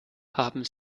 haben